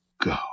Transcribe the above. go